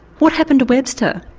what happened to webster?